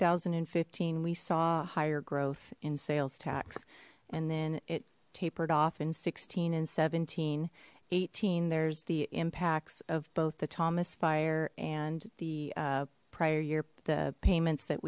thousand and fifteen we saw higher growth in sales tax and then it tapered off in sixteen and seventeen eighteen there's the impacts of both the thomas fire and the prior year the payments that